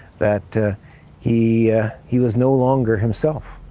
that he he was no longer himself,